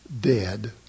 dead